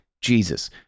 Jesus